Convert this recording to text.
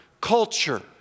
culture